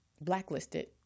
blacklisted